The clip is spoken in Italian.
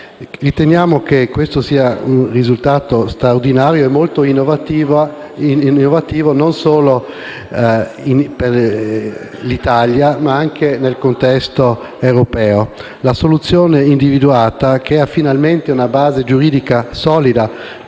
Riteniamo che questo sia un risultato straordinario e molto innovativo, non solo per l'Italia, ma anche nel contesto europeo. La soluzione individuata ha finalmente una base giuridica solida